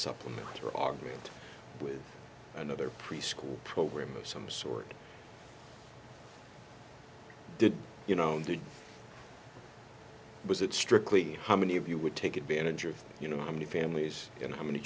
supplement or argue with another preschool program of some sort did you know was it strictly how many of you would take advantage of you know how many families and how many